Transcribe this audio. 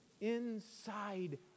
inside